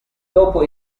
dopo